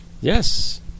Yes